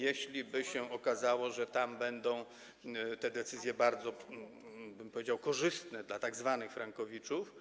Jeśliby się okazało, że tam będą decyzje bardzo, bym powiedział, korzystne dla tzw. frankowiczów,